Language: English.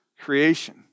creation